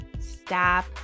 stop